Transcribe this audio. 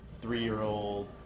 three-year-old